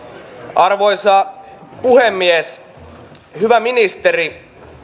arvoisa puhemies hyvä ministeri